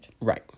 right